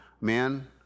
men